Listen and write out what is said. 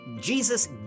Jesus